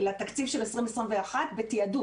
לתקציב של 2021 בתיעדוף.